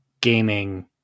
gaming